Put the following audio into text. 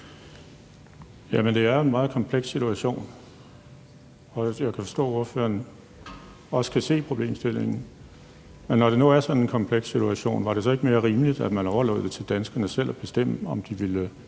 det er en meget kompleks situation, og jeg kan forstå, at ordføreren også kan se problemstillingen. Men når det nu er sådan en kompleks situation, ville det så ikke være mere rimeligt, at man overlod det til danskerne selv at bestemme, om de vil